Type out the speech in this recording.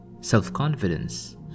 self-confidence